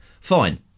fine